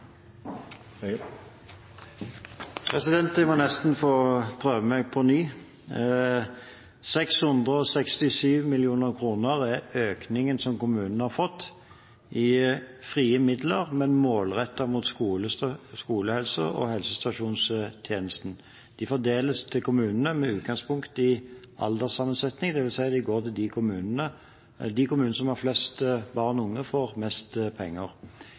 engasjementet. Jeg må nesten få prøve meg på nytt. 667 mill. kr er økningen som kommunene har fått i frie midler, men målrettet mot skolehelse- og helsestasjonstjenesten. De fordeles til kommunene med utgangspunkt i alderssammensetning, dvs. at de kommunene som har flest barn og unge, får mest penger.